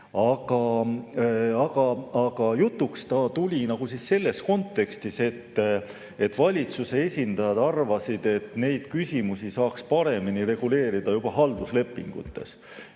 Aga jutuks ta tuli selles kontekstis, et valitsuse esindajad arvasid, et neid küsimusi saaks paremini või paindlikumalt reguleerida halduslepingutes.